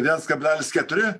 viens kablelis keturi